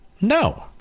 no